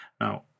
Now